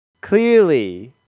clearly